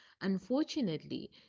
Unfortunately